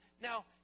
Now